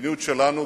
המדיניות שלנו,